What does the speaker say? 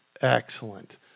Excellent